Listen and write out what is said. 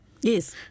Yes